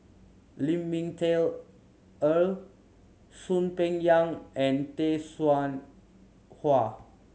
Lin Ming Teh Earl Soon Peng Yam and Tay Seow Huah